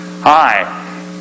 hi